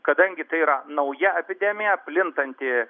kadangi tai yra nauja epidemija plintanti